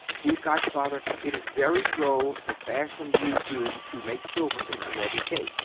dear godfather, it is very droll the fashion you do to make silver in amerique!